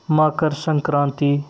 Makar Sankranti